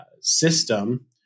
system